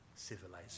civilization